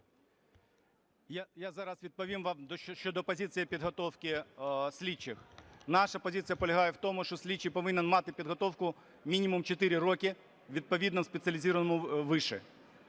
Я зараз відповім вам щодо позиції підготовки слідчих. Наша позиція полягає в тому, що слідчий повинен мати підготовку мінімум 4 роки у відповідному спеціалізованому виші.